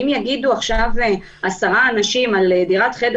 אם יגידו לנו שהם עשרה אנשים על דירת חדר